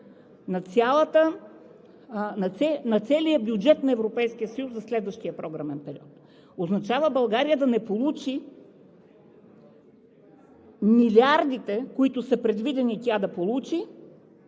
блокиране на целия бюджет на Европейския съюз за следващия програмен период, означава България да не получи милиардите, предвидени тя да получи,